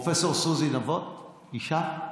פרופ' סוזי נבות, אישה,